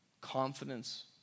confidence